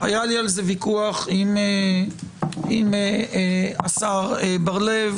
היה לי על זה ויכוח עם השר בר-לב.